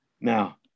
Now